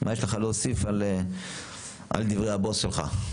מה יש לך להוסיף על דברי הבוס שלך?